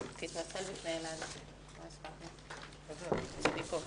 הישיבה ננעלה בשעה 12:50.